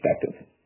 perspective